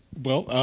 well,